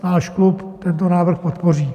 Náš klub tento návrh podpoří.